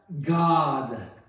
God